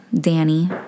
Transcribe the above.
Danny